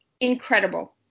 incredible